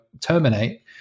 terminate